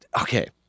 Okay